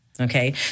Okay